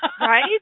Right